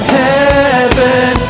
heaven